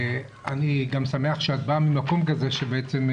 אני גם שמח שאת באה ממקום כזה שבעצם,